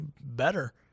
better